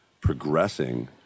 progressing